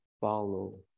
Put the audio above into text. Follow